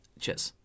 Cheers